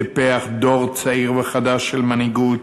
טיפח דור צעיר וחדש של מנהיגות,